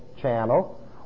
channel